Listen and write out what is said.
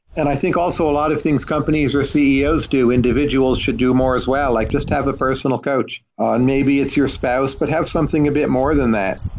and i think also a lot of things companies or ceos do individual should do more as well, like just have a personal coach, ah and maybe it's your spouse, but have something a bit more than that.